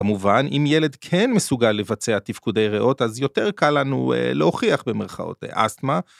במובן אם ילד כן מסוגל לבצע תפקודי רעות אז יותר קל לנו להוכיח במרכאות אסתמה.